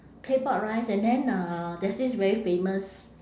claypot rice and then uh there's this very famous